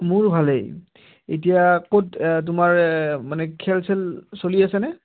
মোৰ ভালেই এতিয়া ক'ত তোমাৰ মানে খেল চেল চলি আছেনে